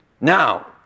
Now